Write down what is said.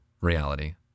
reality